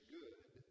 good